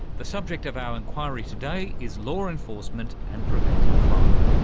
the subject of our inquiry today is law enforcement and preventing crime.